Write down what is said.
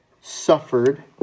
suffered